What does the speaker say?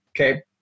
Okay